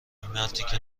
مرتیکه